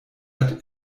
hat